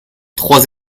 trois